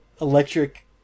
Electric